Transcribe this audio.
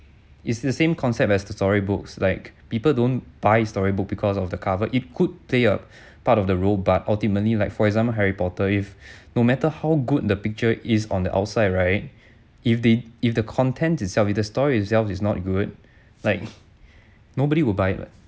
it's the same concept as to storybooks like people don't buy storybook because of the cover it could play up part of the role but ultimately like for example harry potter if no matter how good the picture is on the outside right if the if the content itself if the story itself is not good like nobody will buy what